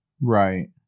Right